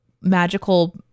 magical